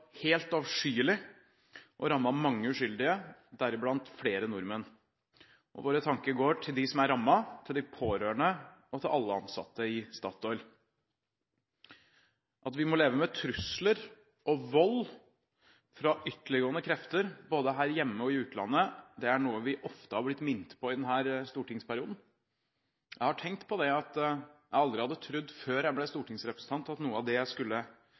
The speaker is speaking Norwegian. helt avskyelig og rammet mange uskyldige, deriblant flere nordmenn. Våre tanker går til dem som er rammet, til de pårørende og til alle de ansatte i Statoil. At vi må leve med trusler og vold fra ytterliggående krefter, både her hjemme og i utlandet, er noe vi ofte har blitt minnet på i denne stortingsperioden. Jeg har tenkt på det at jeg aldri hadde trodd – før jeg ble stortingsrepresentant – at noe av det